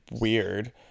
weird